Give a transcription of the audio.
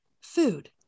food